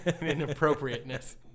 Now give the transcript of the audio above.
Inappropriateness